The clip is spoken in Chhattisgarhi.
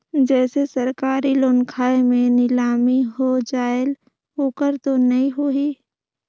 जैसे सरकारी लोन खाय मे नीलामी हो जायेल ओकर तो नइ होही?